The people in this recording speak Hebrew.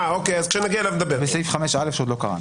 בסעיף 5א שעוד לא קראנו.